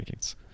rankings